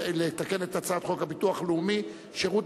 לתקן את הצעת חוק הביטוח הלאומי (שירות